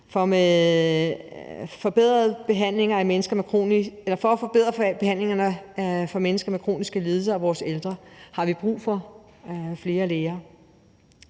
For at forbedre behandlingerne for mennesker med kroniske lidelser og vores ældre har vi brug for flere læger